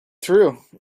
through